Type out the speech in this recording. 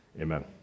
amen